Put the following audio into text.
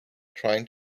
trying